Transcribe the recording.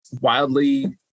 wildly